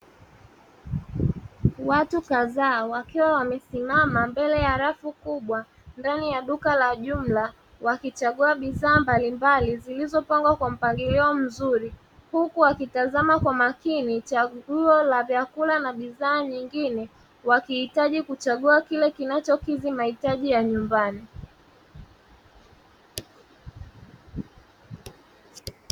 Watu kadhaa wakiwa wamesimama mbele ya rafu kubwa ndani ya duka la jumla, wakichagua bidhaa mbalimbali zilizopangwa kwa mpangilio mzuri, huku walikitazama kwa makini chaguo la vyakula na bidhaa nyingine, wakihitaji kuchagua kile kinachokidhi mahitaji ya nyumbani.